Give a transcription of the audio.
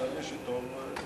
זה המגזר הערבי,